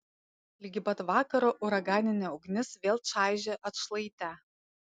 ligi pat vakaro uraganinė ugnis vėl čaižė atšlaitę